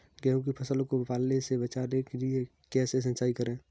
गेहूँ की फसल को पाले से बचाने के लिए कैसे सिंचाई करें?